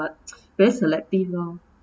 but very selective lor